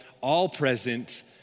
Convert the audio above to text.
all-present